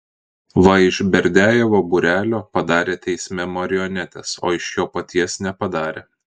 va iš berdiajevo būrelio padarė teisme marionetes o iš jo paties nepadarė